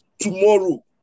tomorrow